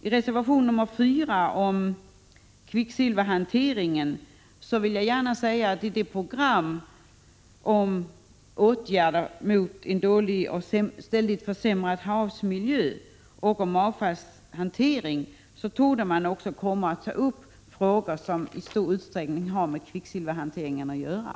I reservation 4 om kvicksilverhanteringen vill jag gärna säga att i programmet med åtgärder mot en dåligt och ständigt försämrad havsmiljö och om avfallshantering torde man också komma att ta upp frågor som i stor utsträckning har med kvicksilverhantering att göra.